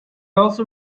also